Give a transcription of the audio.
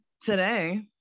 today